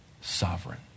Sovereign